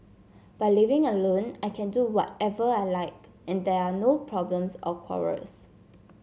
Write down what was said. by living alone I can do whatever I like and there are no problems or quarrels